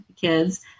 kids